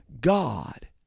God